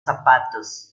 zapatos